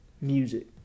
music